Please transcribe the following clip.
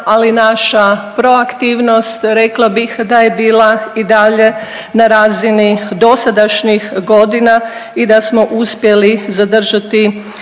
ali naša proaktivnost, rekla bih da je bila i dalje na razini dosadašnjih godina i da smo uspjeli zadržati